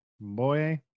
boy